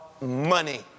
money